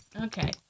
Okay